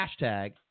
hashtag